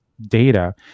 data